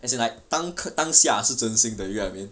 as in like 当可当下是真心的 you get what I mean